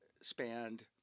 spanned